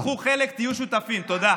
קחו חלק, תהיו שותפים, תודה.